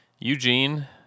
Eugene